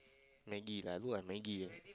maggi lah I good at maggi